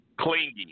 clingy